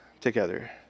together